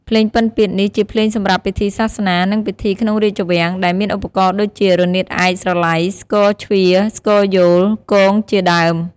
ភ្លេងពិណពាទ្យនេះជាភ្លេងសម្រាប់ពិធីសាសនា និងពិធីក្នុងរាជវាំង ដែលមានឧបករណ៍ដូចជា រនាតឯក ស្រឡៃ ស្គរជ្វា ស្គរយោល គង ជាដើម។